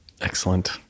Excellent